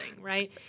right